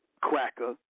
cracker